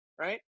right